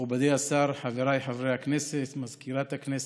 מכובדי השר, חבריי חברי הכנסת, מזכירת הכנסת,